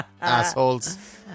Assholes